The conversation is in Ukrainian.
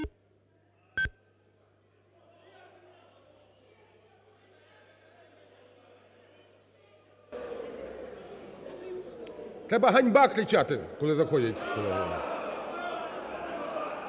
Треба "ганьба" кричати, коли заходять!